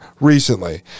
recently